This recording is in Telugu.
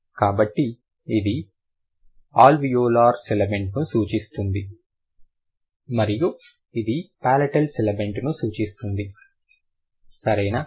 కాబట్టి ఇది అల్వియోలార్ సిబిలెంట్ని సూచిస్తుంది మరియు ఇది పాలటల్ సిబిలెంట్ ని సూచిస్తుంది సరేనా